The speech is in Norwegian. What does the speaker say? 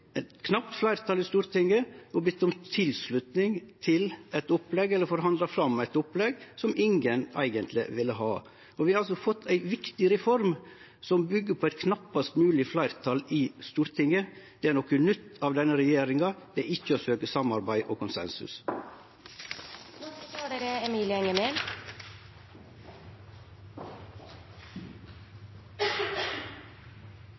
eit knapt fleirtal i Stortinget og bedt om tilslutning til eit opplegg – eller har forhandla fram eit opplegg – som ingen eigentleg ville ha. Vi har altså fått ei viktig reform som byggjer på eit knappast mogleg fleirtal i Stortinget. Det er noko nytt frå denne regjeringa. Det er ikkje å søkje samarbeid og konsensus.